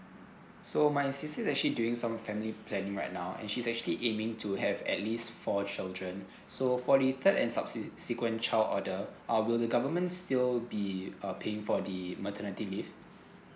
so my sister actually doing some family plan right now and she's actually aiming to have at least four children so for the third and subsequent child order uh will the government still be uh paying for the maternity leave